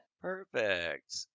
Perfect